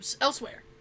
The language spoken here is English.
elsewhere